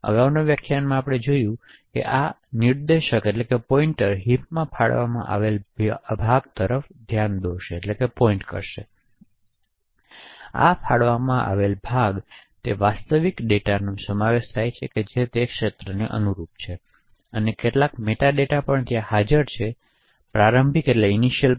તેથી આપણે અગાઉના વ્યાખ્યાનમાં જોયું છે પણ આ નિર્દેશક હિપમાં ફાળવવામાં આવેલા ભાગ તરફ ધ્યાન દોરશે તેથી આ ફાળવવામાં આવેલા ભાગમાં તે વાસ્તવિક ડેટાનો સમાવેશ થાય છે જે તે ક્ષેત્રને અનુરૂપ છે અને કેટલાક મેટાડેટા પણ હાજર છે પ્રારંભિક પોઇન્ટર પી